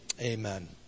Amen